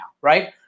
right